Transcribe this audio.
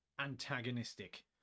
antagonistic